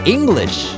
English